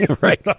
Right